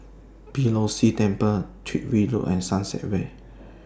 Beeh Low See Temple Tyrwhitt Road and Sunset Way